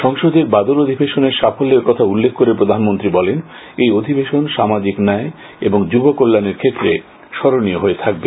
সংসদের বাদল অধিবেশনের সাফল্যের কথা উল্লেখ করে প্রধানমন্ত্রী বলেন এই অধিবেশন সামাজিক ন্যায় ও যুব কল্যানের ক্ষেত্রে স্মরনীয় হয়ে থাকবে